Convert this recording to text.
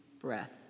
breath